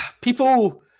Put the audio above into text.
people